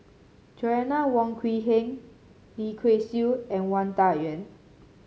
Joanna Wong Quee Heng Lim Kay Siu and Wang Dayuan